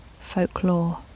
folklore